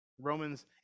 Romans